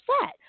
set